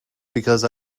because